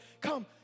come